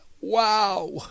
Wow